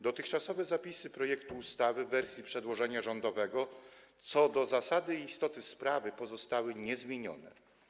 Dotychczasowe zapisy projektu ustawy w wersji przedłożenia rządowego co do zasady i istoty sprawy pozostały niezmienione.